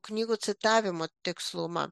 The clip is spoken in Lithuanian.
knygų citavimo tikslumą